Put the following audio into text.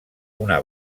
una